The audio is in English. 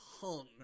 hung